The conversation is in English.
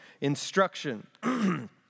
instruction